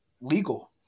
legal